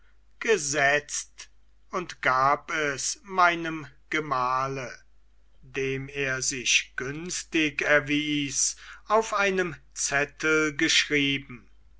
gesetzt und gab es meinem gemahle dem er sich günstig erwies auf einen zettel geschrieben